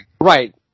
right